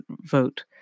vote